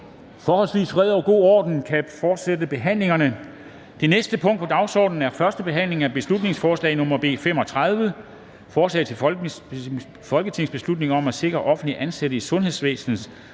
forhandlingerne, bedes forlade salen. --- Det næste punkt på dagsordenen er: 10) 1. behandling af beslutningsforslag nr. B 35: Forslag til folketingsbeslutning om at sikre, at offentligt ansatte i sundhedsvæsenet